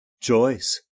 Joyce